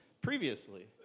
previously